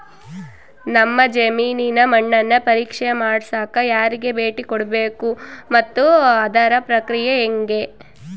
ನಮ್ಮ ಜಮೇನಿನ ಮಣ್ಣನ್ನು ಪರೇಕ್ಷೆ ಮಾಡ್ಸಕ ಯಾರಿಗೆ ಭೇಟಿ ಮಾಡಬೇಕು ಮತ್ತು ಅದರ ಪ್ರಕ್ರಿಯೆ ಹೆಂಗೆ?